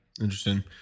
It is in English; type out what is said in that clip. Interesting